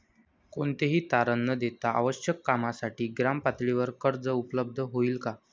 कोणतेही तारण न देता आवश्यक कामासाठी ग्रामपातळीवर कर्ज उपलब्ध होईल का?